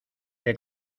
que